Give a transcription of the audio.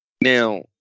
Now